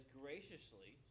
graciously